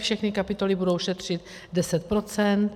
Všechny kapitoly budou šetřit 10 %.